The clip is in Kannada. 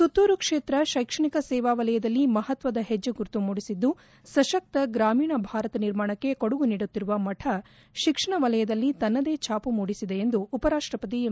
ಸುತ್ತೂರು ಕ್ಷೇತ್ರ ಶೈಕ್ಷಣಿಕ ಸೇವಾ ವಲಯದಲ್ಲಿ ಮಹತ್ವದ ಹೆಜ್ಜೆ ಗುರುತು ಮೂಡಿಸಿದ್ದು ಸಶಕ್ತ ಗ್ರಾಮೀಣ ಭಾರತ ನಿರ್ಮಾಣಕ್ಕೆ ಕೊಡುಗೆ ನೀಡುತ್ತಿರುವ ಮಂ ಶಿಕ್ಷಣ ವಲಯದಲ್ಲಿ ತನ್ನದೇ ಛಾಪು ಮೂಡಿಸಿದೆ ಎಂದು ಉಪರಾಷ್ಟ್ರಪತಿ ಎಂ